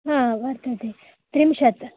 हा वर्तते त्रिंशत्